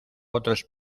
otros